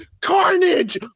Carnage